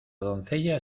doncella